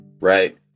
right